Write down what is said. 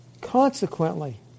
Consequently